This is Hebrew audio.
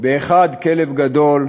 באחד כלב גדול,